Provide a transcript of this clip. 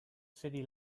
city